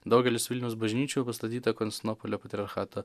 daugelis vilniaus bažnyčių pastatyta konstantinopolio patriarchato